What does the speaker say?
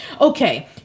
okay